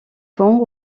pont